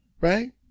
Right